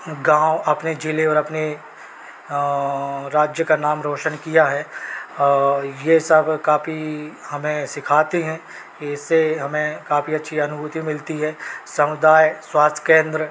गाँव अपने जिल़े और अपनी राज्य नाम का रोशन किया है और यह सब काफ़ी हमें सिखाती हैं कि इससे हमें काफ़ी अच्छी अनुभूति मिलती है समुदाय स्वास्थ्य केन्द्र